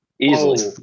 Easily